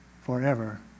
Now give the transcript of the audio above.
forever